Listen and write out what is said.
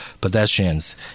pedestrians